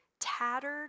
tattered